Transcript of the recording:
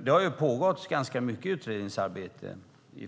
Det har ju pågått ganska mycket utredningsarbete